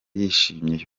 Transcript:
yishimye